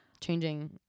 changing